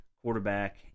quarterback